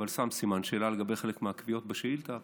אבל שם סימן שאלה לגבי חלק מהקביעות בשאילתה,